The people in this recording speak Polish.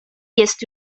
jest